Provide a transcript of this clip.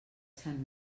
sant